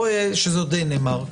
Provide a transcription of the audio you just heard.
דנמרק,